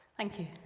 thank you.